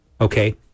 Okay